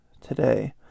today